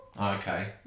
Okay